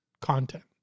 content